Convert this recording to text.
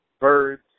birds